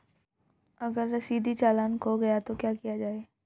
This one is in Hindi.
अगर रसीदी चालान खो गया तो क्या किया जाए?